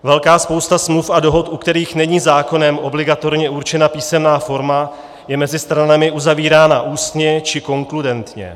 Velká spousta smluv a dohod, u kterých není zákonem obligatorně určena písemná forma, je mezi stranami uzavírána ústně či konkludentně.